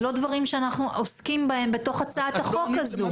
זה לא דברים שאנחנו עוסקים בהצעת החוק הזו.